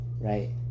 right